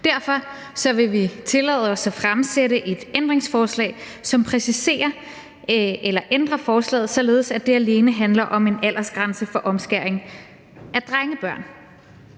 Derfor vil vi tillade os at stille et ændringsforslag, som præciserer eller ændrer forslaget, således at det alene handler om en aldersgrænse for omskæring af drengebørn,